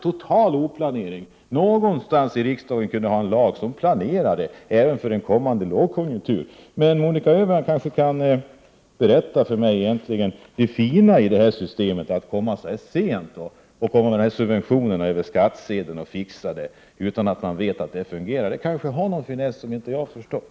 Riksdagen borde kunna fatta ett beslut om en lag enligt vilken man skall planera även för en kommande lågkonjunktur. Monica Öhman kan kanske berätta för mig vad som är det fina med att komma så här sent med förslag om lönesubventioner som skall finansieras över skattsedeln, utan att man vet att detta fungerar. Det kanske finns någon finess som jag inte har förstått.